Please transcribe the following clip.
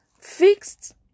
fixed